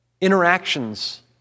Interactions